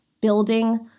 building